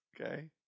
Okay